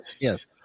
yes